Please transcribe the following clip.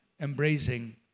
embracing